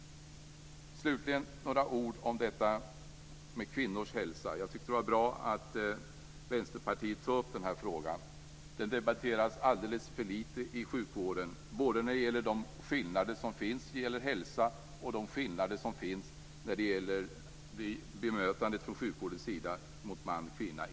Slutligen vill jag säga några ord om kvinnors hälsa. Det var bra att Vänsterpartiet tog upp den frågan. Den debatteras alldeles för litet i sjukvården, både när det gäller skillnader i hälsa och när det gäller skillnader i bemötande från sjukvårdens sida mot man och kvinna.